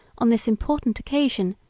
on this important occasion,